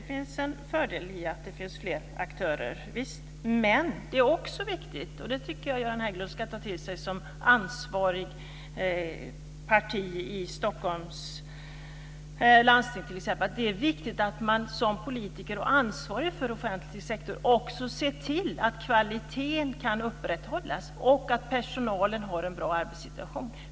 Det finns en fördel med att det är fler aktörer. Visst är det så. Men det är också viktigt - och det tycker jag att Göran Hägglund som företrädare för ett av de ansvariga partierna i Stockholms landsting ska ta till sig - att man som politiker och ansvarig för offentlig sektor ser till att kvaliteten kan upprätthållas och att personalen har en bra arbetssituation.